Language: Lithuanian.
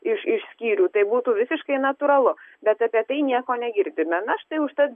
iš iš skyrių tai būtų visiškai natūralu bet apie tai nieko negirdime na štai užtat